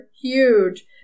huge